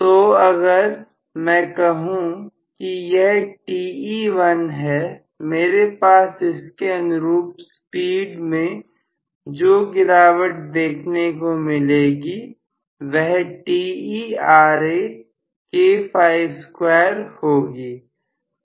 तो अगर मैं कहूं कि यह Te1 हैमेरे पास इसके अनुरूप स्पीड में जो गिरावट देखने को मिलेगी वह होगी